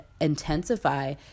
intensify